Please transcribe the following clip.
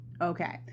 Okay